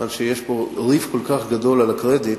כיוון שיש כאן ריב כל כך גדול על קרדיט,